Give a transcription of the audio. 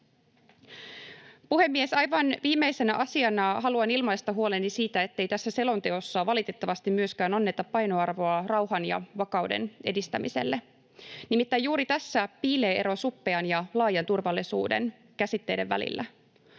Puhemies! Aivan viimeisenä asiana haluan ilmaista huoleni siitä, ettei tässä selonteossa valitettavasti myöskään anneta painoarvoa rauhan ja vakauden edistämiselle, nimittäin juuri tässä piilee ero suppean ja laajan turvallisuuden käsitteiden välillä.